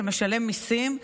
שמשלם מיסים,